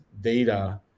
data